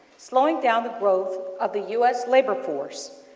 slowing down the growth of the u s. labour force,